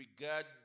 regard